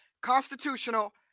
Constitutional